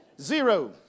Zero